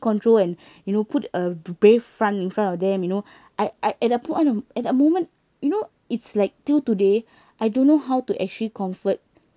control and you know put a brave front in front of them you know I I and I put on at that moment you know it's like till today I don't know how to actually comfort